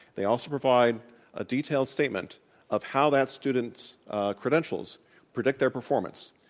they also provide a detailed statement of how that student's credentials predict their performance.